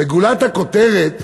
וגולת הכותרת,